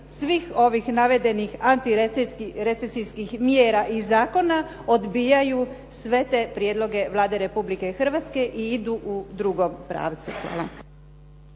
svih ovih navedenih antirecesijskih mjera i zakona odbijaju sve te prijedloge Vlade Republike Hrvatske i idu u drugom pravcu. Hvala.